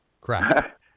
crap